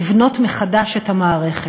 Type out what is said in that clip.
לבנות מחדש את המערכת.